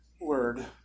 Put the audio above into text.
word